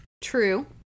True